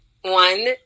One